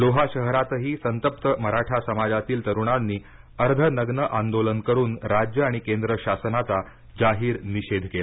लोहा शहरातही संतप्त मराठा समाजातील तरूणांनी अर्धनग्न आंदोलन करून राज्य आणि केंद्र शासनाचा जाहीर निषेध केला